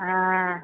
ആ